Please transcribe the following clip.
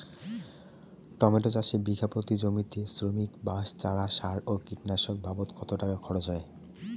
Tomato চাষে বিঘা প্রতি জমিতে শ্রমিক, বাঁশ, চারা, সার ও কীটনাশক বাবদ কত টাকা খরচ হয়?